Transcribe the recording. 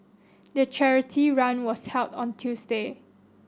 the charity run was held on Tuesday